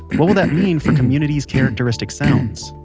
what will that mean for communities' characteristic sounds?